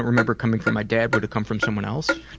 remember coming from my dad, would it come from someone else?